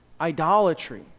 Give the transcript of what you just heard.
idolatry